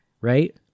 right